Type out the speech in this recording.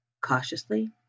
cautiously